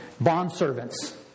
Bondservants